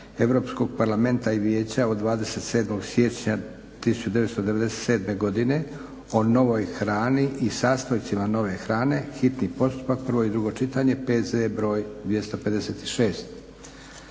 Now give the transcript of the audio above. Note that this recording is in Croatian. Europskoga parlamenta i vijeća od 27. siječnja 1997. godine o novoj hrani i sastojcima nove hrane, hitni postupak, prvo i drugo čitanje, P.Z. br. 256.